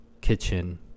kitchen